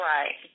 Right